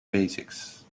basics